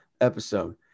episode